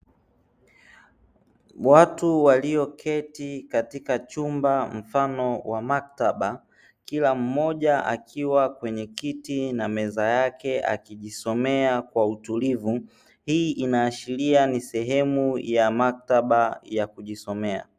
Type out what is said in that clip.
Watu walioketi katika chumba mfano wa maktaba, kila mmoja akiwa kwenye kiti na meza yake akijisomea kwa utulivu; hii inaashiria ni sehemu ya maktaba ya kujisomea.